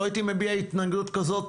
לא הייתי מביע התנהגות כזאת